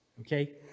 okay